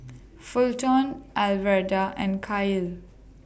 Fulton Alverda and Kael